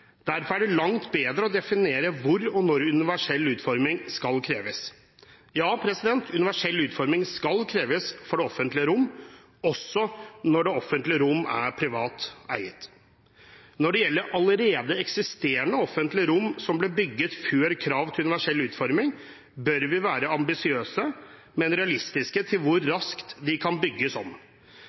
Derfor er det langt bedre å definere hvor og når universell utforming skal kreves. Ja, universell utforming skal kreves for det offentlige rom, også når det offentlige rom er privat eiet. Når det gjelder allerede eksisterende offentlige rom som ble bygget før kravet kom om universell utforming, bør vi være ambisiøse, men realistiske med hensyn til hvor raskt de kan bygges om.